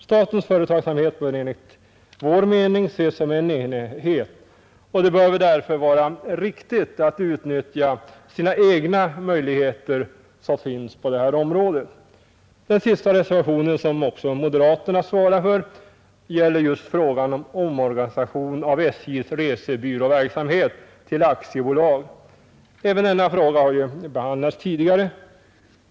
Statens verksamhet bör enligt vår mening ses som en enhet, och det bör därför vara riktigt att utnyttja de egna möjligheter som finns på detta område. Den sista reservationen, som också moderaterna svarar för, gäller just frågan om omorganisation av statens järnvägars resebyråverksamhet till aktiebolag. Även denna fråga har behandlats tidigare.